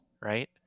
Right